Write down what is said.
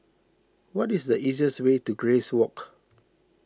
what is the easiest way to Grace Walk